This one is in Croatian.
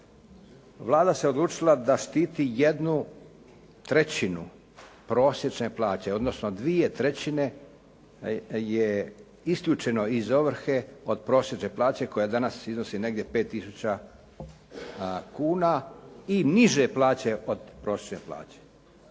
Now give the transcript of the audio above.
Vlada se odlučila zaštititi jednu trećinu prosječne plaće, odnosno dvije trećine je isključeno iz ovrhe od prosječne plaće koja danas iznosi negdje 5 tisuća kuna i niže plaće od prosječne plaće.